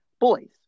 boys